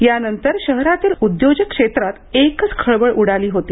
यानंतर शहरातील उद्योजक क्षेत्रात एकच खळबळ उडाली होती